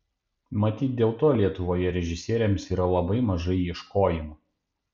matyt dėl to lietuvoje režisieriams yra labai mažai ieškojimų